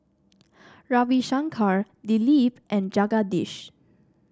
Ravi Shankar Dilip and Jagadish